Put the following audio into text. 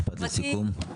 משפט לסיכום?